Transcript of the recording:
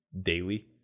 daily